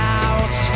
out